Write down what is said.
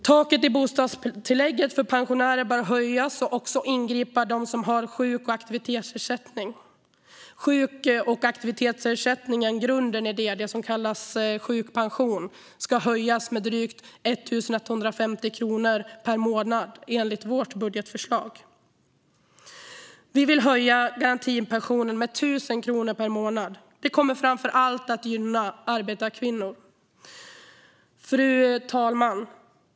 Taket i bostadstillägget för pensionärer bör höjas och inbegripa också dem som har sjuk och aktivitetsersättning. Grunden i sjuk och aktivitetsersättningen, det som kallas sjukpension, ska enligt vårt budgetförslag höjas med drygt 1 150 kronor per månad. Vi vill höja garantipensionen med 1 000 kronor per månad redan i år. Det kommer framför allt att gynna arbetarkvinnor. Fru talman!